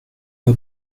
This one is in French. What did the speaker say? pas